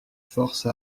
force